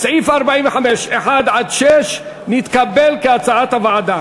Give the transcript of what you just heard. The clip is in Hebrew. סעיף 45(1) (6) נתקבל כהצעת הוועדה.